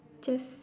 just